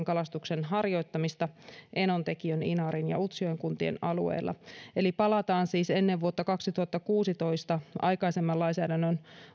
kalastuksen harjoittamismahdollisuuksia enontekiön inarin ja utsjoen kuntien alueella eli palataan siis ennen vuotta kaksituhattakuusitoista vallinneeseen aikaisemman lainsäädännön